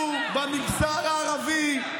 אלימות, ונדליזם, תוהו ובוהו במגזר הערבי,